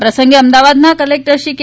આ પ્રસંગે અમદાવાદ કલેક્ટર શ્રી કે